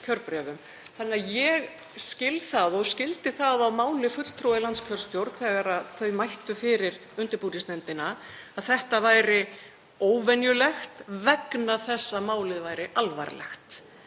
Ég skil það og skildi það á máli fulltrúa í landskjörstjórn, þegar þau mættu fyrir undirbúningsnefndina, að þetta væri óvenjulegt vegna þess að málið væri alvarlegt.